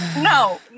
no